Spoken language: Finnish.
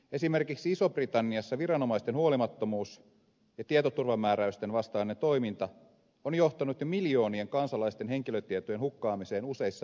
esimerkiksi isossa britanniassa viranomaisten huolimattomuus ja tietoturvamääräysten vastainen toiminta ovat johtaneet jo miljoonien kansalaisten henkilötietojen hukkaamiseen useissa eri tapauksissa